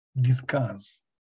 discuss